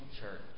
church